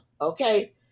Okay